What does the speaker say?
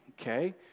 okay